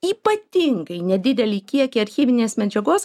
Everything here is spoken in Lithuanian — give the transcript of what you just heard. ypatingai nedidelį kiekį archyvinės medžiagos